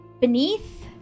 Beneath